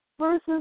versus